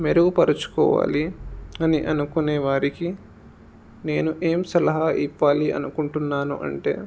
మెరుగుపరుచుకోవాలి అని అనుకునే వారికి నేను ఏమి సలహా ఇవ్వాలి అనుకుంటున్నాను అంటే